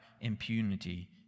impunity